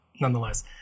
nonetheless